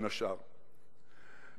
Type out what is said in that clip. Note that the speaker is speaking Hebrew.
בין השאר,